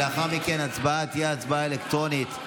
לאחר מכן ההצבעה תהיה הצבעה אלקטרונית.